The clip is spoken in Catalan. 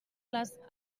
les